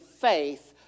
faith